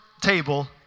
table